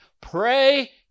pray